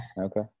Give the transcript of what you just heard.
Okay